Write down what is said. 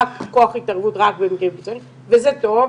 רק כוח התערבות רק במקרים קיצוניים וזה טוב,